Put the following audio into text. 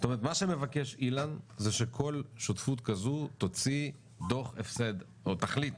זאת אומרת מה שמבקש אילן זה שכל שותפות כזו תוציא דוח הפסד או תחליט